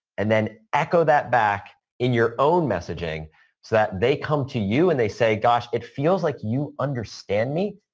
and then echo that back in your own messaging, so that they come to you and they say, gosh, it feels like you understand me.